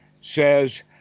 says